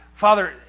Father